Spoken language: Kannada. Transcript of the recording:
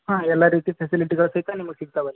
ಹಾಂ ಎಲ್ಲ ರೀತಿ ಫೆಸಿಲಿಟಿಗಳು ಸಹಿತ ನಿಮ್ಗೆ ಸಿಗ್ತಾವೆ ಅಲ್ಲಿ